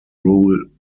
rule